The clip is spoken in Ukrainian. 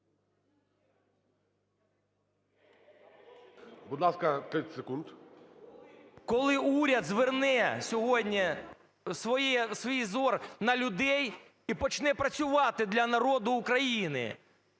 Будь ласка, 30 секунд. ШАХОВ С.В. Коли уряд зверне сьогодні свій "взор" на людей і почне працювати для народу України?